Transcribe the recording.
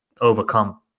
overcome